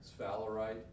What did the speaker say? sphalerite